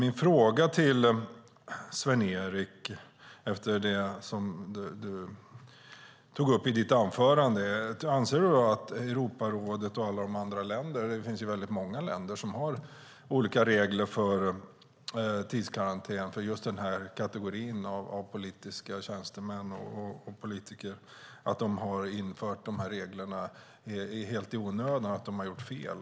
Min fråga till Sven-Erik Österberg efter det han tog upp i sitt anförande är: Anser du att Europarådet och alla andra länder - det är många länder som har olika regler om tidskarantän för just den här kategorin politiska tjänstemän och politiker - har infört dessa regler helt i onödan och att de har gjort fel?